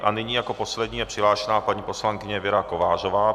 A nyní jako poslední je přihlášena paní poslankyně Věra Kovářová.